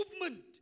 movement